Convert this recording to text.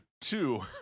Two